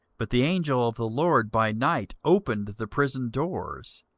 but the angel of the lord by night opened the prison doors,